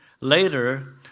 later